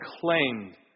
claimed